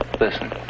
Listen